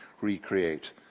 recreate